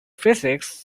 physics